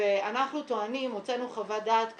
ואנחנו טוענים, הוצאנו חוות דעת כזו,